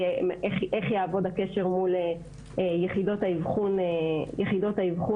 איך יעבוד הקשר מול יחידות האבחון האלה.